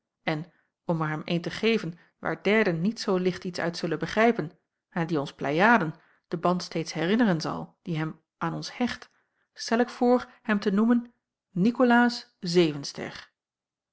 en om er hem een te geven waar derden niet zoo licht iets uit zullen begrijpen en die ons pleiaden den band steeds herinneren zal die hem aan ons hecht stel ik voor hem te noemen